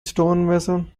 stonemason